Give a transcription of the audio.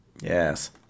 Yes